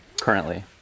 currently